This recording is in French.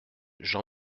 jean